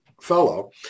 fellow